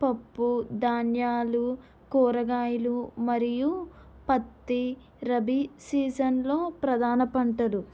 పప్పు ధాన్యాలు కూరగాయలు మరియు పత్తి రవి సీజన్ లో ప్రధాన పంటలు